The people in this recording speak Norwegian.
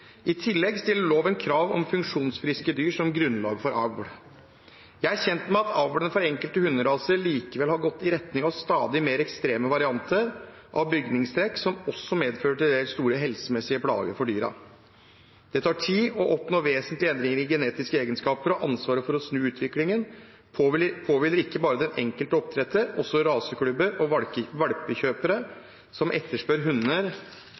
I tillegg stiller loven krav om funksjonsfriske dyr som grunnlag for avl. Jeg er kjent med at avlen for enkelte hunderaser likevel har gått i retning av stadig mer ekstreme varianter av bygningstrekk, som også medfører til dels store helsemessige plager for dyrene. Det tar tid å oppnå vesentlige endringer i genetiske egenskaper. Ansvaret for å snu utviklingen påhviler ikke bare den enkelte oppdretter. Også raseklubber og valpekjøpere som etterspør hunder